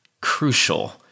crucial